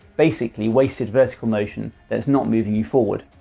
basically wasted vertical motion that's not moving you forward.